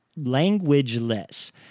Languageless